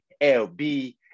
LB